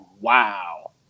wow